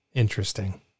interesting